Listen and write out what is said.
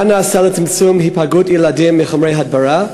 1. מה נעשה לצמצום היפגעות ילדים מחומרי הדברה?